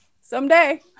someday